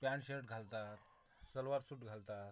pant shirt घालतात salwar suit घालतात